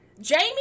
Jamie